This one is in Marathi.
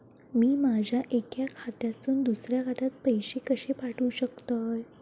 मी माझ्या एक्या खात्यासून दुसऱ्या खात्यात पैसे कशे पाठउक शकतय?